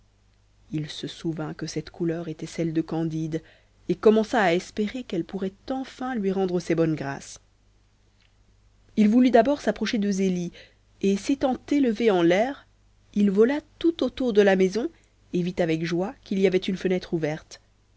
il se souvint que cette couleur était celle de candide et commença à espérer qu'elle pourrait enfin lui rendre ses bonnes grâces il voulut d'abord s'approcher de zélie et s'étant élevé en l'air il vola tout autour de la maison et vit avec joie qu'il y avait une fenêtre ouverte